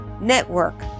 network